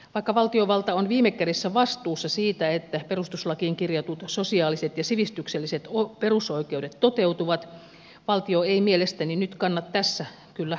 vaikka valtiovalta on viime kädessä vastuussa siitä että perustuslakiin kirjatut sosiaaliset ja sivistykselliset perusoikeudet toteutuvat valtio ei mielestäni nyt kanna tässä kyllä vastuutaan